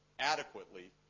adequately